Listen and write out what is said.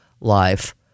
Life